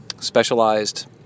specialized